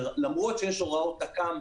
למרות שיש הוראות תכ"ם,